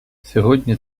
сьогодні